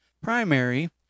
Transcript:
primary